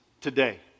today